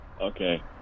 Okay